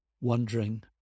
wondering